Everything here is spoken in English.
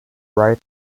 right